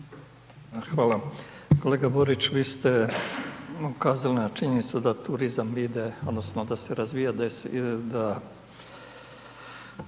Hvala kolega Borić vi ste ukazali na činjenicu, da turizam ide, odnosno, da se razvija, da